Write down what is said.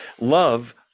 Love